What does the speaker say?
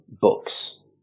books